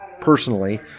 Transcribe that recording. personally